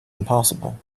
impossible